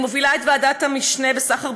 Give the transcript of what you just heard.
אני מובילה את ועדת המשנה למאבק בסחר